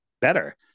better